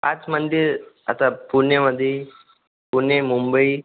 आच मंदिर आता पुण्यामध्ये पुणे मुंबई